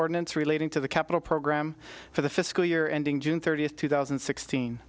ordinance relating to the capital program for the fiscal year ending june thirtieth two thousand and sixteen